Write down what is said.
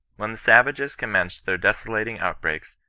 when the savages commenced their desolating outbreaks,